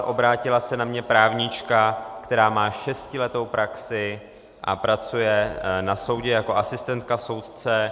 Obrátila se na mě právnička, která má šestiletou praxi a pracuje na soudě jako asistentka soudce.